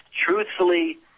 truthfully